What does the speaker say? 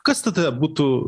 kas tada būtų